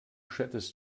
chattest